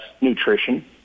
nutrition